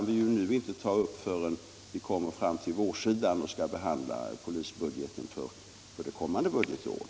Vi kan inte ta upp dem förrän när vi fram på vårsidan skall behandla polisbudgeten för det kommande budgetåret.